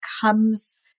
comes